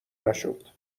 نشد